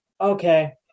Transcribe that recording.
okay